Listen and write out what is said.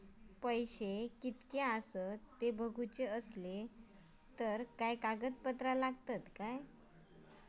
पैशे कीतके आसत ते बघुचे असले तर काय कागद पत्रा लागतात काय?